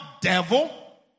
devil